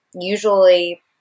usually